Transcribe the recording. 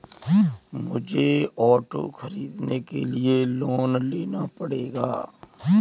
मुझे ऑटो खरीदने के लिए लोन लेना पड़ेगा